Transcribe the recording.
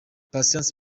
patient